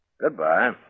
Goodbye